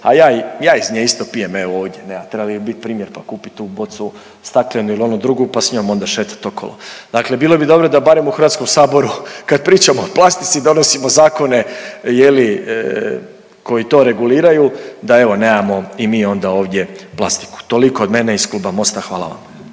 ja iz nje isto pijem evo ovdje, nema, trebali bi bit primjer, pa kupit tu bocu staklenu ili onu drugu, pa s njom onda šetat okolo, dakle bilo bi dobro da barem u HS kad pričamo o plastici i donosimo zakone je li koji to reguliraju da evo nemamo i mi onda ovdje plastiku. Toliko od mene iz Kluba Mosta, hvala vam.